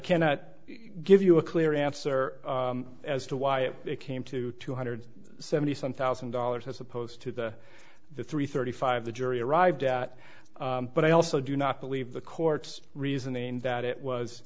cannot give you a clear answer as to why it came to two hundred seventy some thousand dollars as opposed to the three thirty five the jury arrived at but i also do not believe the courts reasoning that it was